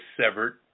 severed